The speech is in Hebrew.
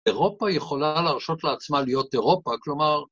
אירופה יכולה להרשות לעצמה להיות אירופה, כלומר...